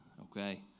okay